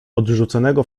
odrzuconego